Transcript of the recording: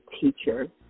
teacher